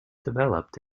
developed